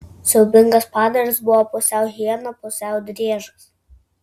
siaubingas padaras buvo pusiau hiena pusiau driežas